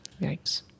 yikes